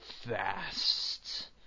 fast